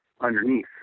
underneath